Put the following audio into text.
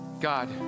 God